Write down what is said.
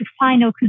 final